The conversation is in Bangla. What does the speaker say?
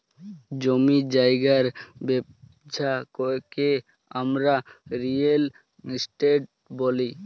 জমি জায়গার ব্যবচ্ছা কে হামরা রিয়েল এস্টেট ব্যলি